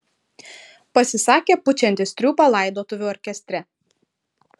pasisakė pučiantis triūbą laidotuvių orkestre